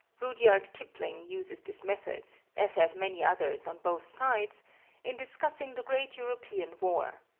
rudyard kipling uses this method as have many others on both sides in discussing the great european war.